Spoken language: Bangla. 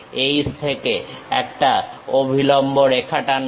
H থেকে একটা অভিলম্ব রেখা টানো